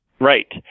Right